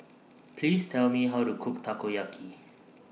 Please Tell Me How to Cook Takoyaki